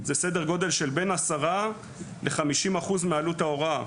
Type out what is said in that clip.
זה סדר גודל של בין 10% ל-50% מעלות ההוראה.